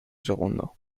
segundo